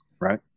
right